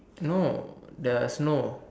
no the snow